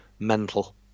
mental